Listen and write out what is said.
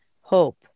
hope